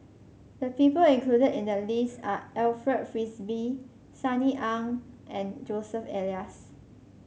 the people included in the list are Alfred Frisby Sunny Ang and Joseph Elias